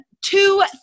two